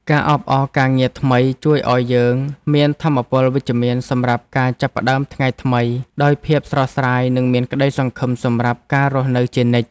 ការអបអរការងារថ្មីជួយឱ្យយើងមានថាមពលវិជ្ជមានសម្រាប់ការចាប់ផ្ដើមថ្ងៃថ្មីដោយភាពស្រស់ស្រាយនិងមានក្ដីសង្ឃឹមសម្រាប់ការរស់នៅជានិច្ច។